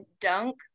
dunk